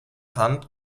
hand